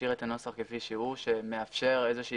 נשאיר את הנוסח כפי שהוא שמאפשר איזושהי